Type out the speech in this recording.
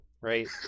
right